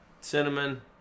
cinnamon